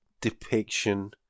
depiction